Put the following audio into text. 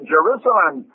Jerusalem